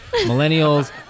millennials